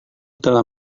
telah